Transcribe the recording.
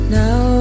now